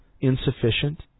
insufficient